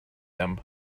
him